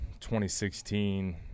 2016